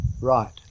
Right